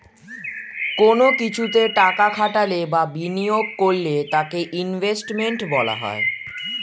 কোন কিছুতে টাকা খাটালে বা বিনিয়োগ করলে তাকে ইনভেস্টমেন্ট বলা হয়